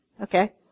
okay